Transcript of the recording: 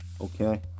okay